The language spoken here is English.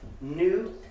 new